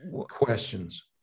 questions